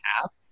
half